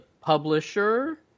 publisher